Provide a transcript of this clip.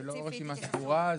זאת לא רשימה סגורה.